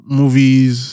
movies